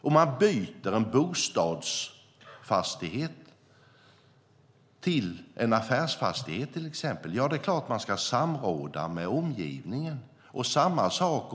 Om man byter en bostadsfastighet till en affärsfastighet ska man naturligtvis samråda med omgivningen.